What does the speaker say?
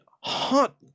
hot